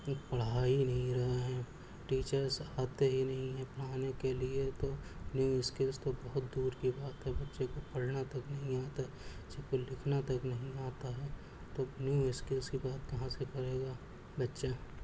پڑھا ہی نہیں رہے ہیں ٹیچرس آتے ہی نہیں ہیں پڑھانے کے لیے تو نیو اسکلس تو بہت دور کی بات ہے بچوں کو پڑھنا تک نہیں آتا جب لکھنا تک نہیں آتا ہے تب نیو اسکلس کی بات کہاں سے کرے گا بچہ